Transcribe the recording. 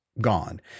gone